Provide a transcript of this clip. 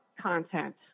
content